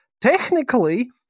technically